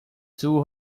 two